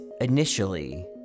initially